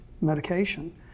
medication